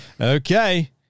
Okay